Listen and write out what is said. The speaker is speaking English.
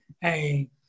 Hey